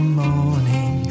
morning